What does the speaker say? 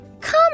Come